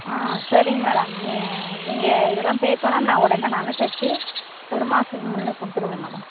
ஆ சரிங்க மேடம் நீ நீங்கள் இதெல்லாம் பே பண்ணால் நான் உடனே நானே தச்சு ஒரு மாதத்துக்கு முன்னே கொடுத்துருவேன் மேடம்